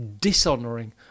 dishonouring